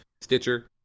stitcher